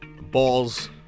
balls